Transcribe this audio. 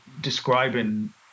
describing